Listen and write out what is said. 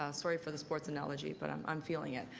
ah sorry for the sports analogy. but i'm i'm feeling it.